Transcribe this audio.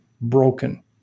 broken